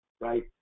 right